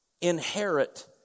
inherit